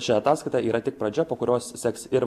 ši ataskaita yra tik pradžia po kurios seks ir